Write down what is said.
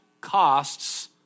costs